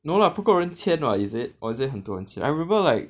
no lah 不够人签 [what] is it or is it 很多人签 I remember like